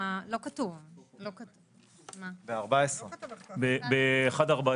בחוזר 1/14